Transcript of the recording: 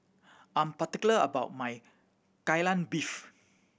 I'm particular about my Kai Lan Beef